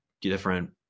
different